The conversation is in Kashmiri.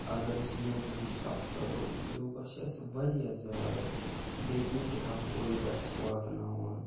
اگر أسۍ یوگہٕچ کَتھ کَرو یوگا چھِ اَسہِ واریاہ زیادٕ بے اِنتِہا فٲیِدٕ اَسہِ واتناوان